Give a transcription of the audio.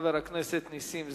חבר הכנסת נסים זאב.